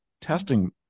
testing